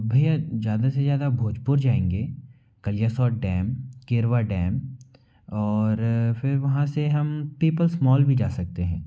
भैया ज़्यादा से ज़्यादा भोजपुर जाएंगे कलियासोत डैम केरवा डैम और फिर वहाँ से हम पीपल्स मॉल भी जा सकते हैं